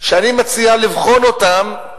ואני מציע לבחון אותם.